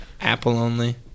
Apple-only